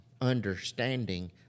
understanding